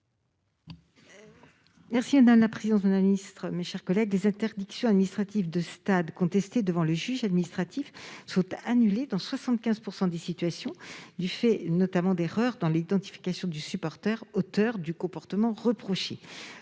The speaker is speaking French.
: La parole est à Mme Marie Mercier. Les interdictions administratives de stade contestées devant le juge administratif sont annulées dans 75 % des cas, du fait notamment d'erreurs dans l'identification du supporter auteur du comportement reproché.